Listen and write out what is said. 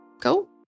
go